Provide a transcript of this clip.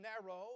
narrow